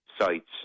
sites